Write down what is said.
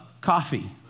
coffee